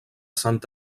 sant